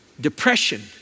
depression